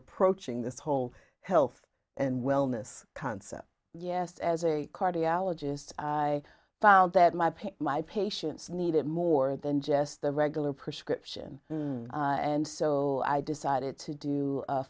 approaching this whole health and wellness concept yes as a cardiologist i found that my pick my patients need it more than just the regular prescription and so i decided to do a